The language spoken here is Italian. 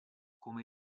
come